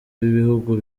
b’ibihugu